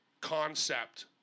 concept